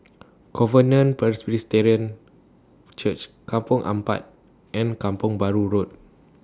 Covenant Presbyterian Church Kampong Ampat and Kampong Bahru Road